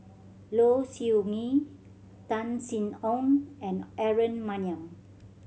Low Siew Nghee Tan Sin Aun and Aaron Maniam